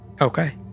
Okay